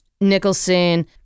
Nicholson